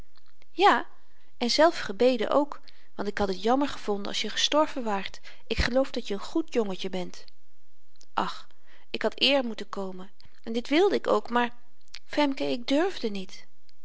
ja en zelf gebeden ook want ik had het jammer gevonden als je gestorven waart ik geloof dat je n n goed jongetje bent ach ik had eer moeten komen en dit wilde ik ook maar femken ik durfde niet